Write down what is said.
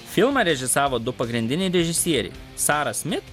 filmą režisavo du pagrindiniai režisierei sara smith